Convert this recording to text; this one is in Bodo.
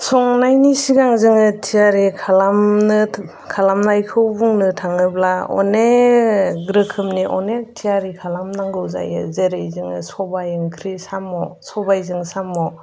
संनायनि सिगां जोङो थियारि खालामनायखौ बुंनो थाङोब्ला अनेक रोखोमनि अनेक थियारि खालामनांगौ जायो जेरै जोङो सबाय ओंख्रि साम' सबायजों साम'